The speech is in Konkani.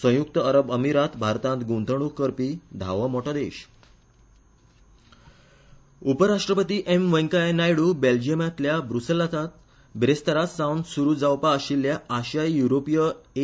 संयुक्त अरब अमिरात भारतांत गुंतवणुक करपी धावो मोठो देश उपराष्ट्रपती एम व्यैंकय्या नायडू बेल्जियमातल्या ब्रुसल्सात बेरेस्तारा सावन सुरु जावपा आशिल्ल्या आशियाई यूरोपीय ए